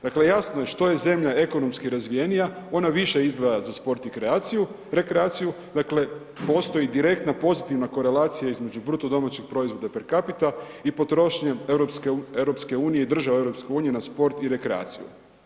Dakle jasno je što je zemlja ekonomski razvijenija ona više izdvaja za sport i rekreaciju, dakle postoji direktna pozitivna korelacija između BDP-a per capita i potrošnje EU i države u EU na sport i rekreaciju.